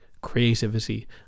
creativity